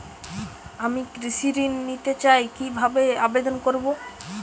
আমি কৃষি ঋণ নিতে চাই কি ভাবে আবেদন করব?